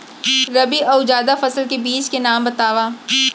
रबि अऊ जादा फसल के बीज के नाम बताव?